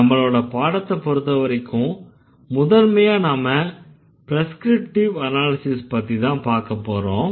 நம்மளோட பாடத்தை பொருத்த வரைக்கும் முதன்மையா நாம ப்ரெஸ்க்ரிப்டிவ் அனாலிஸிஸ் பத்திதான் பாக்கப் போறோம்